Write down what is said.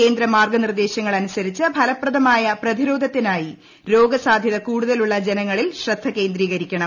കേന്ദ്ര മാർഗ്ഗ നിർദ്ദേശങ്ങൾ അനുസരിച്ച് ഫലപ്രദമായ പ്രതിരോധത്തിനായി രോഗസാധൃത കൂടുതലുള്ള ജനങ്ങളിൽ ശ്രദ്ധ കേന്ദ്രീകരിക്കണം